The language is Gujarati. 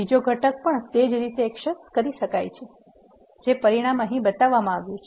બીજો ઘટક પણ તે જ રીતે એક્સેસ કરી શકાય છે જે પરિણામ અહીં બતાવવામાં આવ્યું છે